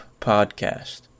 podcast